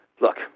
look